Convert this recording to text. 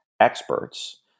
experts